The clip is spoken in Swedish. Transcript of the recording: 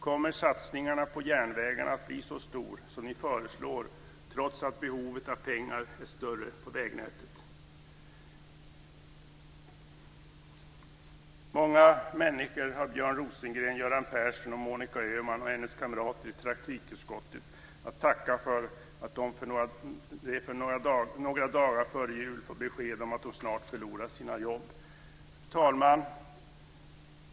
Kommer satsningarna på järnvägen att bli så stora som ni föreslår trots att behovet av pengar är större för vägnätet? Många människor har Björn Rosengren, Göran Persson och Monica Öhman samt hennes kamrater i trafikutskottet att tacka för att de några dagar före jul får besked om att de snart förlorar sina jobb. Fru talman!